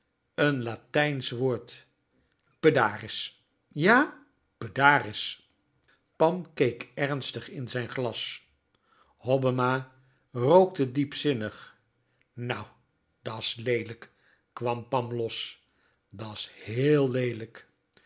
n latijnsch woord pedaris ja pedaris pam keek ernstig in zijn glas hobbema rookte diepzinnig nou da's leelijk kwam pam los da's heel leelijk